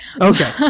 Okay